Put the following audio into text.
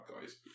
guys